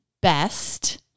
best